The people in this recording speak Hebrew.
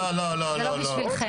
זה לא בשבילכם,